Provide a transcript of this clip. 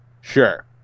sure